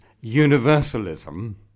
universalism